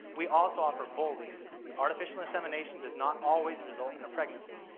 we also offer bull leases. artificial insemination does not always result in a pregnancy.